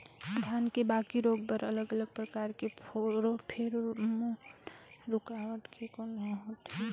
धान के बाकी रोग बर अलग अलग प्रकार के फेरोमोन रूकावट के कौन होथे?